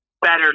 Better